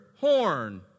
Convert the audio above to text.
horn